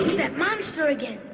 that monster again.